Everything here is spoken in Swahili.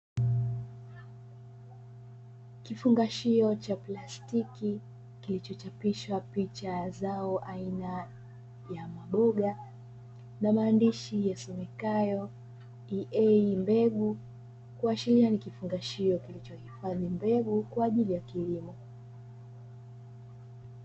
Kifungashio cha plastiki kilichochapishwa picha ya zao aina ya maboga, na maandishi yasomekayo ''EA MBEGU'', kuashiria ni kifungashio kilichohifadhi mbegu kwa ajili ya kilimo.